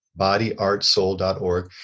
Bodyartsoul.org